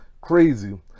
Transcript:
Crazy